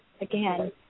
again